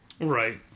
Right